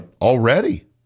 Already